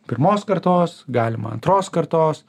pirmos kartos galima antros kartos